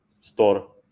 store